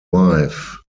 wife